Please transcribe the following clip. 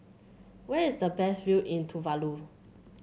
where is the best view in Tuvalu